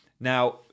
Now